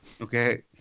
Okay